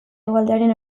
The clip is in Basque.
hegoaldearen